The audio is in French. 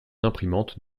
imprimante